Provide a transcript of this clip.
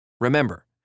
Remember